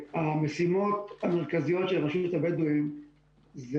המשימות המרכזיות של הרשות להתיישבות הבדואים הן: